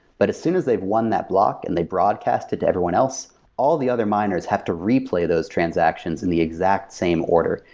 but as soon as they've won that block and they broadcast it to everyone, all the other miners have to replay those transactions in the exact same order.